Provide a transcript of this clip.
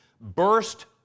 burst